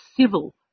civil